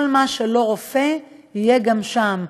כל מה שלא רופא יהיה גם שם,